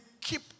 keep